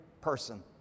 person